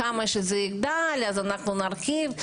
מה שזה יגדל אז אנחנו נרחיב.